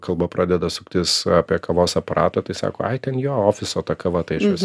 kalba pradeda suktis apie kavos aparatą tai sako ai ten jo ofiso ta kava tai aš jos